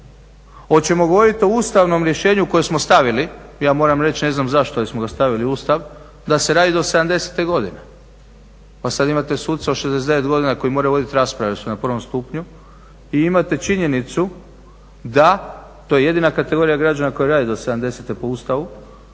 Oćemo govorit o ustavnom rješenju koje smo stavili, ja moram reći ne znam zašto smo ga stavili u Ustav, da se radi do 70 godine, pa sada imate sudce od 69 godina koji mora voditi rasprave jer su na prvom stupnju i imate činjenicu da, to je jedina kategorija građana koja radi do 70 po Ustavu,